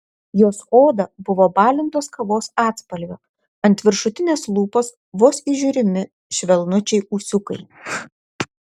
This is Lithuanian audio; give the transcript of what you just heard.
jos oda buvo balintos kavos atspalvio ant viršutinės lūpos vos įžiūrimi švelnučiai ūsiukai